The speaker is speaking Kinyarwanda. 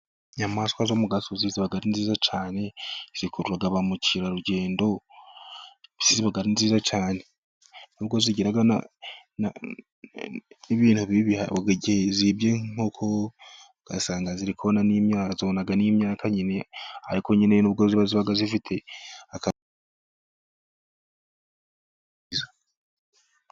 Inyamaswa zo mu gasozi ziba ari nziza cyane zikururaga ba mukerarugendo, ziba ari nziza cyane, nubwo zigira nabi haba igihe zibye inkoko, ugasanga ziri kona n'imyaka ariko nyine nubwo zibaba zifite akazi.